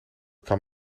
kan